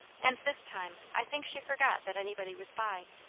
and this time i think she forgot that anybody was by.